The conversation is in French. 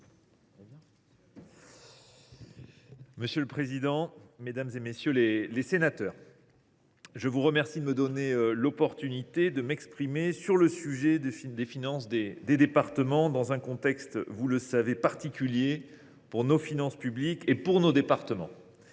Monsieur le président, mesdames, messieurs les sénateurs, je vous remercie de me donner l’opportunité de m’exprimer sur le sujet des finances des départements, dans un contexte, vous le savez, particulier pour nos finances publiques et pour nos départements.